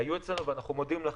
ואנחנו מודים לכם.